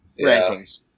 rankings